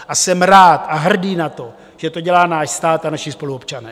A jsem rád a hrdý na to, že to dělá náš stát a naši spoluobčané.